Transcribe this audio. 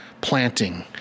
planting